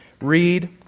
read